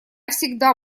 всегда